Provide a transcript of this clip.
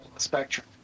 spectrum